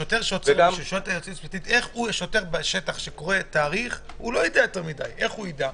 שוטר בשטח שקורא תאריך, איך יידע?